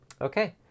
Okay